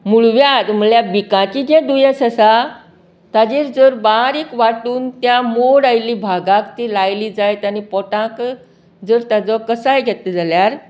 मुळव्यार म्हळ्यार बिकाचीचे जे दुयेंस आसा ताचेर जर बारीक वांटून त्या मोड आयिल्ल्या भागाक ती लायली जायत जाल्यार पोटाक ताजो कसाय घेतलो जाल्यार